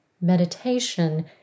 Meditation